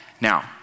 Now